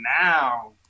now